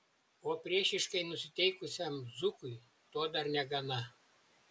o priešiškai nusiteikusiam zukui to dar negana